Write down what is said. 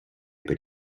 per